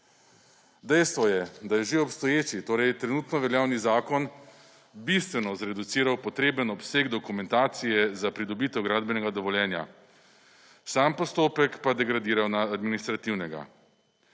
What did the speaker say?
Dejstvo je, da je že obstoječi torej trenutno veljavni zakon bistveno zreduciral potreben obseg dokumentacije za pridobitev gradbenega dovoljenja. Sam postopek pa degradiral na administrativnega.